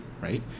right